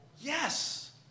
yes